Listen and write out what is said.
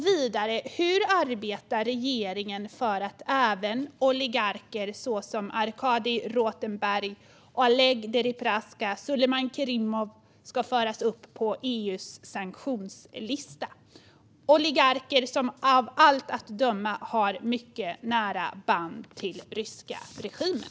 Vidare: Hur arbetar regeringen för att även oligarker såsom Arkadij Rotenberg, Oleg Deripaska och Sulejman Kerimov ska föras upp på EU:s sanktionslista? Det är oligarker som av allt att döma har mycket nära band till den ryska regimen.